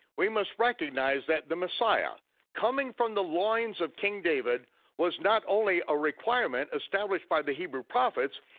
we must recognize that the messiah coming from the loins of king david was not only a requirement established by the hebrew prophets,